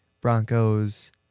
Broncos